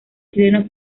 chileno